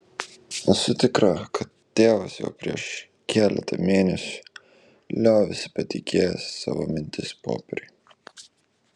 esu tikra kad tėvas jau prieš keletą mėnesių liovėsi patikėjęs savo mintis popieriui